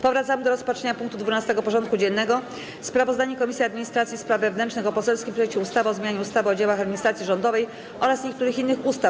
Powracamy do rozpatrzenia punktu 12. porządku dziennego: Sprawozdanie Komisji Administracji i Spraw Wewnętrznych o poselskim projekcie ustawy o zmianie ustawy o działach administracji rządowej oraz niektórych innych ustaw.